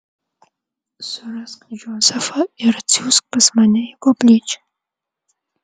surask džozefą ir atsiųsk pas mane į koplyčią